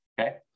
okay